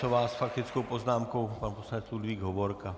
S faktickou poznámkou pan poslanec Ludvík Hovorka.